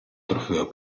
trofeo